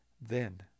Then—